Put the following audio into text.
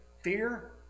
fear